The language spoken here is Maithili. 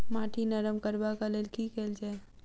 माटि नरम करबाक लेल की केल जाय?